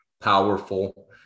Powerful